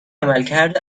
عملکرد